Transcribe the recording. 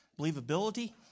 believability